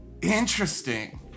Interesting